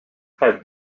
have